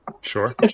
Sure